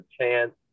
chance